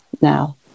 now